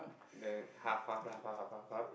then half half lah half half half half half